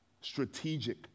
strategic